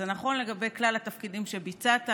זה נכון לגבי כלל התפקידים שביצעת,